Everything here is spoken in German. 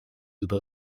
über